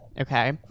Okay